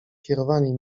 kierowanie